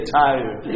tired